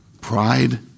Pride